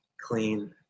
clean